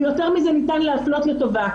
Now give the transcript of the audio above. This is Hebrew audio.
ויותר מזה ניתן להפלות לטובה.